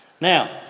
Now